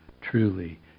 truly